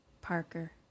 Parker